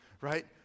right